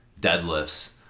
deadlifts